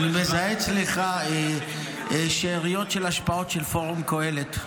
אני מזהה אצלך שאריות של השפעות של פורום קהלת.